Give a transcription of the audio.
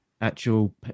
actual